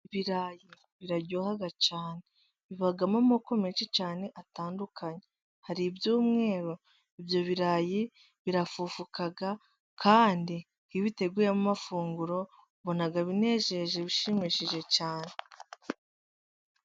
Ibirayi biraryoha cyane bibamo amoko menshi cyane atandukanye, hari ibyumweru, ibyo birayi birafufuka kandi iyobiteguyemo amafunguro ubona binejeje bishimishije cyane.